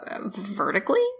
vertically